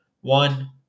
One